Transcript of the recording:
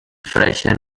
freshen